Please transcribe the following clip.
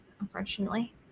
unfortunately